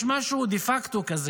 יש משהו דה פקטו כזה,